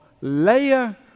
layer